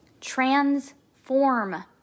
Transform